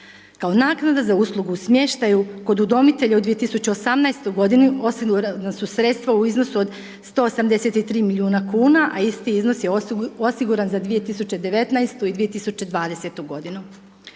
Kao naknada za uslugu u smještaju kod udomitelja u 2018. godini, osigurana su sredstva u iznosu od 183 milijuna kuna, a isti iznos je osiguran za 2019. i 2020. godinu.